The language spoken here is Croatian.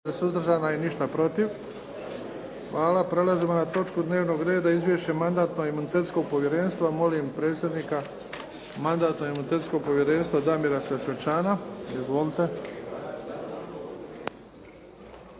**Bebić, Luka (HDZ)** Prelazimo na točku dnevnog reda Izvješće Mandatno-imunitetskog povjerenstva. Molim predstavnika Mandatno-imunitetskog povjerenstva Damira Sesvečana. Izvolite.